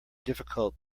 difficult